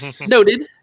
noted